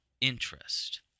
interest